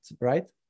right